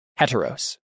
heteros